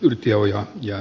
jyrki ojaan ja